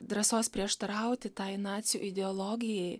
drąsos prieštarauti tai nacių ideologijai